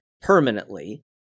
permanently